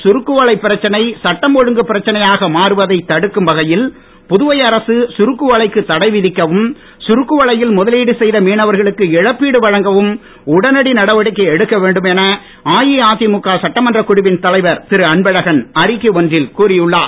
சுருக்குவலை பிரச்சனை சட்டம் ஒழுங்கு பிரச்சனையாக மாறுவதை தடுக்கும் வகையில் புதுவை அரசு சுருக்குவலைக்கு தடை விதிக்கவும் சுருக்குவலையில் முதலீடு செய்த மீனவர்களுக்கு இழப்பீடு வழங்கவும் உடனடி நடவடிக்கை எடுக்க வேண்டும் என அஇஅதிமுக சட்டமன்றக் குழுவின் தலைவர் திரு அன்பழகன் அறிக்கை ஒன்றில் கோரி உள்ளார்